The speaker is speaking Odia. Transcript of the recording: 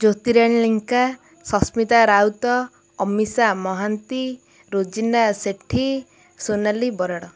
ଜ୍ୟୋତିରାଣୀ ଲେଙ୍କା ସସ୍ମିତା ରାଉତ ଅମିଷା ମହାନ୍ତି ରୋଜିନା ସେଠୀ ସୋନାଲି ବରାଡ଼